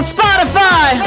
Spotify